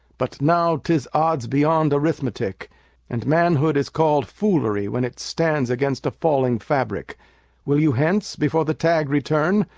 but now tis odds beyond arithmetic and manhood is call'd foolery when it stands against a falling fabric will you hence, before the tag return?